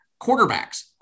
quarterbacks